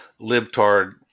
libtard